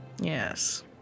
Yes